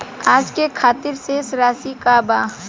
आज के खातिर शेष राशि का बा?